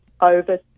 over